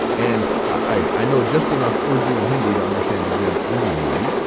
and i know just enough urdu and hindi to understand a good india and movie,